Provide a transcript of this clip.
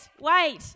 Wait